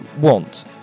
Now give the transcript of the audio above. want